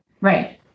right